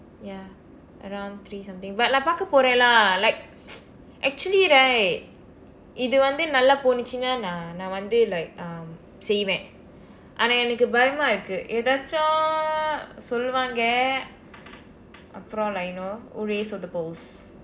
ya around three something but like பார்க்க போறேன்:parkka pooreen lah like actually right இது வந்து நல்லா போனதுனா நான் நான் வந்து:ithu vandthu nallaa ponathunaa naan naan vandthu like um செய்வேன் ஆனா எனக்கு பயமா இருக்கு ஏதாவது சொல்வாங்க அப்புறம்:seyveen aanaa enakku payamaa irukku eethaavathu solvaangka appuram like you know ஒரே சொதப்பல்:oree sothappal